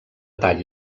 tall